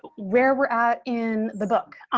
where we're at in the book.